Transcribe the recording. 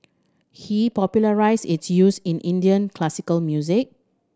he popularised its use in Indian classical music